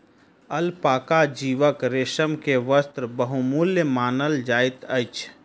alpaca जीवक रेशम के वस्त्र बहुमूल्य मानल जाइत अछि